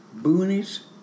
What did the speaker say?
boonies